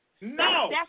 No